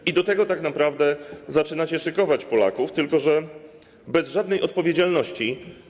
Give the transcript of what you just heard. I do tego tak naprawdę zaczynacie szykować Polaków, tylko że bez żadnej odpowiedzialności.